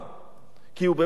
כי הוא באמת לא עמד בפיתוי.